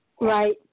Right